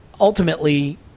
ultimately